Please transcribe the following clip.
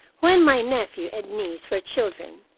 when my nephew and niece were children,